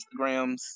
Instagrams